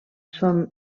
són